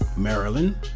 Maryland